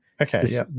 Okay